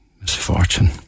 misfortune